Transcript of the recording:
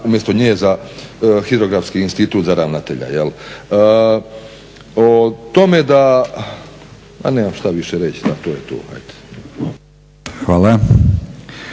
umjesto nje za Hidrografski institut za ravnatelja. O tome da, ma nemam što više reći, da to je to.